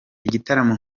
igitaramo